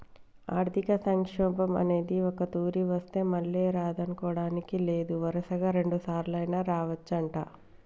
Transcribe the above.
ఆర్థిక సంక్షోభం అనేది ఒక్కతూరి వస్తే మళ్ళీ రాదనుకోడానికి లేదు వరుసగా రెండుసార్లైనా రావచ్చంట